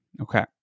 Okay